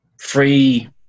free